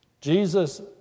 Jesus